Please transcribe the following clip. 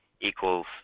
equals